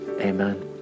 amen